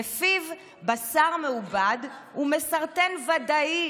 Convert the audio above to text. ולפיו בשר מעובד הוא מסרטן ודאי,